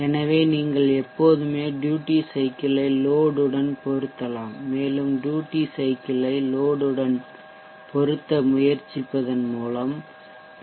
எனவே நீங்கள் எப்போதுமே ட்யூட்டி சைக்கிள்யை லோட் உடன் பொருத்தலாம் மேலும் ட்யூட்டி சைக்கிள்யை லோட் உடன் பொருத்த முயற்சிப்பதன் மூலம் பி